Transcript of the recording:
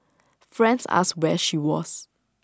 friends asked where she was